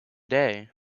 day